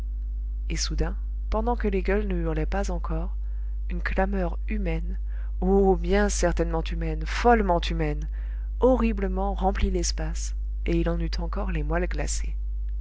et soudain pendant que les gueules ne hurlaient pas encore une clameur humaine oh bien certainement humaine follement humaine horriblement remplit l'espace et il en eut encore les moelles glacées